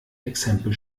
exempel